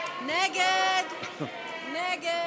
שם החוק, כהצעת הוועדה, נתקבל.